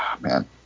man